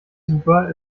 super